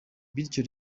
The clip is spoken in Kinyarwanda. bityo